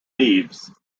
thieves